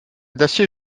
d’acier